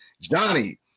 Johnny